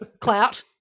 clout